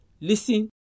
listen